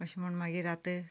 अशें म्हूण मागीर आतां हें